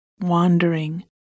wandering